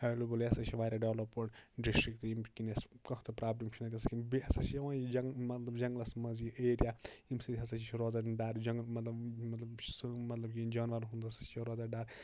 available یہِ ہاسا چھُ وارِیاہ ڈیولیپُڈ ڈِسٹٕرک تہٕ ییٚمہِ کِنۍ اَسہِ کانٛہہ تہِ پرٛابلِم چھَنہٕ گَژھان بیٚیہِ ہَسا چھِ یِوان یہِ جَن مَطلَب جَنگَلَس منٛز یہِ ایرِیا ییٚمہِ سٍتۍ ہَسا چھِ روزان یِم ڈارِ جَنگلَن مَطلَب مَطلَب سہٕہ مَطلَب یہِ جانوَرَن ہُنٛد ہَسا چھُ روزان ڈر